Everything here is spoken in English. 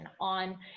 on